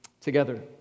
together